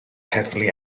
heddlu